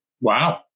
Wow